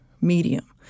medium